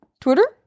Twitter